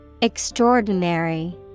Extraordinary